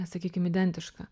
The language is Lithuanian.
sakykim identiška